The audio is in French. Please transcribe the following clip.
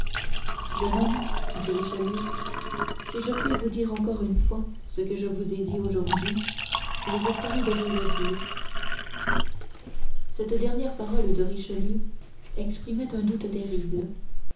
jeune homme dit richelieu si je puis vous dire encore une fois ce que je vous ai dit aujourd'hui je vous promets de vous le dire cette dernière parole de richelieu exprimait un doute terrible